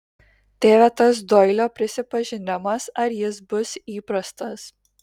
tėve tas doilio prisipažinimas ar jis bus įprastas